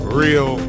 real